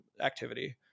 activity